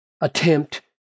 attempt